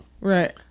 right